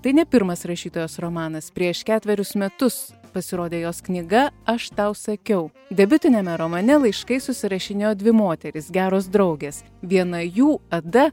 tai ne pirmas rašytojos romanas prieš ketverius metus pasirodė jos knyga aš tau sakiau debiutiniame romane laiškais susirašinėjo dvi moterys geros draugės viena jų ada